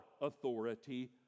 authority